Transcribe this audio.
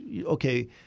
okay